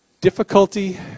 difficulty